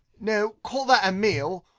no. call that a meal!